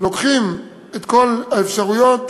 לוקחים את כל האפשרויות,